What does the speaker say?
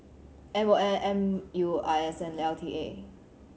M O M U I S and L T A